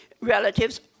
relatives